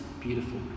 beautiful